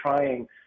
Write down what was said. trying